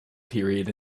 period